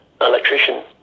electrician